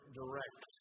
direct